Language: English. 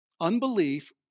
Unbelief